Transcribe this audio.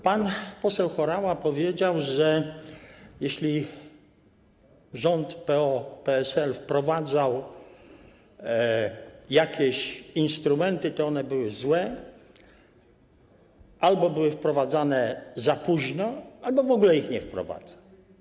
Pan poseł Horała powiedział, że jeśli rząd PO-PSL wprowadzał jakieś instrumenty, to one były złe albo były wprowadzane za późno, albo w ogóle ich nie wprowadzał.